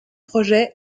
projets